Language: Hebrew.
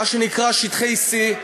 מה שנקרא שטחי C,